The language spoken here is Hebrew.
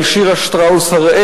על שירה שטראוס-הראל,